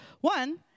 one